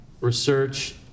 research